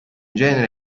genere